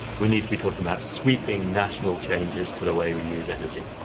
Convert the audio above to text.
we need to be talking about sweeping national changes to the way we use energy.